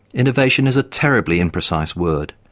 innovation is a terribly imprecise word,